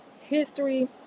history